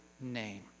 name